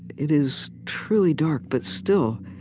it is truly dark, but still,